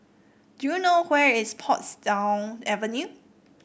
do you know where is Portsdown Avenue